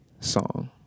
song